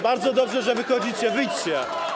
Bardzo dobrze, że wychodzicie, wyjdźcie.